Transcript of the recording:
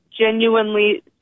genuinely